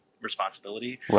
responsibility